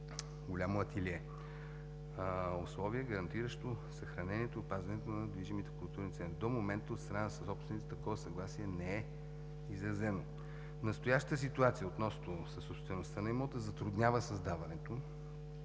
голямо ателие – условие, гарантиращо съхранението и опазването на недвижимите културни ценности. До момента от страна на съсобствениците такова съгласие не е изразено. Настоящата ситуация относно съсобствеността на имота затруднява създаването